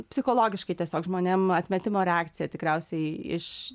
psichologiškai tiesiog žmonėm atmetimo reakcija tikriausiai iš